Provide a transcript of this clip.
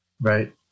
Right